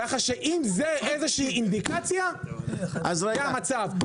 ככה שאם זה איזושהי אינדיקציה אז זה המצב,